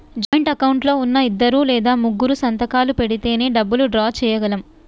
joint account లో ఉన్నా ఇద్దరు లేదా ముగ్గురూ సంతకాలు పెడితేనే డబ్బులు డ్రా చేయగలం